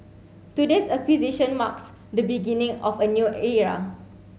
today's acquisition marks the beginning of a new era